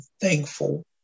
thankful